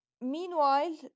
meanwhile